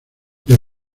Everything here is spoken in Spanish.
del